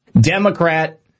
Democrat